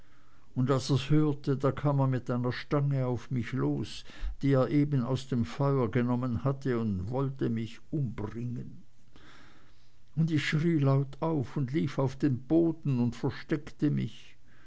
und als er's hörte da kam er mit einer stange auf mich los die er eben aus dem feuer genommen hatte und wollte mich umbringen und ich schrie laut auf und lief auf den boden und versteckte mich